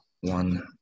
one